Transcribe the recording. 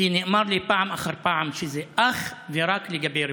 כי נאמר לי פעם אחר פעם שזה אך ורק לגבי רפואה.